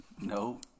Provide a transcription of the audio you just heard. No